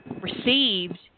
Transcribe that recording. received